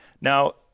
Now